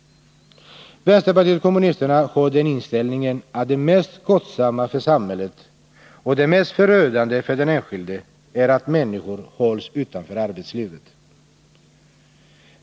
Vänsterpartiet kommunisterna har den inställningen att det mest kostsamma för samhället och det mest förödande för den enskilde är att människor hålls utanför arbetslivet.